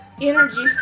energy